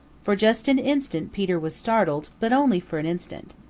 for just an instant peter was startled, but only for an instant.